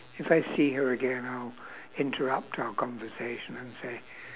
if I see her again I'll interrupt our conversation and say